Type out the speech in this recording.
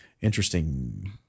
interesting